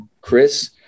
Chris